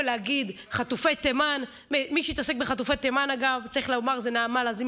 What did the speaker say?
להפסיק לשסוע בין אשכנזים